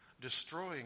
destroying